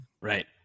Right